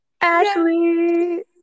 Ashley